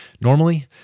Normally